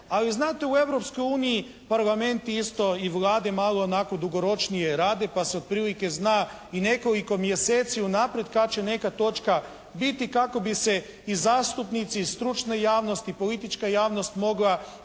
Ali znate, u Europskoj uniji Parlament isto i Vlade malo onako dugoročnije rade pa se otprilike zna i nekoliko mjeseci unaprijed kad će neka točka biti kako bi se i zastupnici i stručna javnost i politička javnost mogla